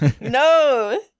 No